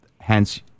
hence